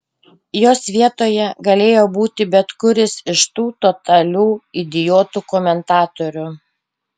jos vietoje galėjo būti bet kuris iš tų totalių idiotų komentatorių